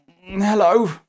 Hello